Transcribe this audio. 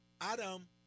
Adam